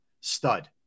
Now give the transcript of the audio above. Stud